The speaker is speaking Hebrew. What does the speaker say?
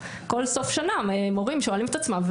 כל סוף שנה מורים שואלים את עצמם,